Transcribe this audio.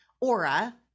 aura